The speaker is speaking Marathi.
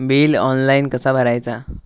बिल ऑनलाइन कसा भरायचा?